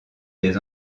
des